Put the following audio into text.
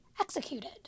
executed